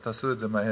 אז תעשו את זה מהר,